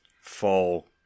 fall